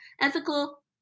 ethical